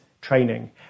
training